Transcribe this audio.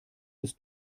bis